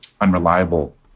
unreliable